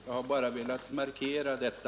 Jag har bara velat markera detta.